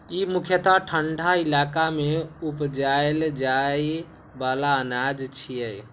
ई मुख्यतः ठंढा इलाका मे उपजाएल जाइ बला अनाज छियै